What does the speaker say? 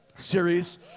Series